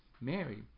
Mary